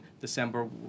December